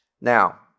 Now